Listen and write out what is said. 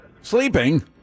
Sleeping